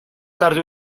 tarde